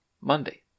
Monday